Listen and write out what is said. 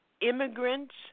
immigrants